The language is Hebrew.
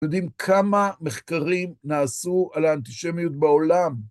יודעים כמה מחקרים נעשו על האנטישמיות בעולם?